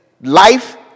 life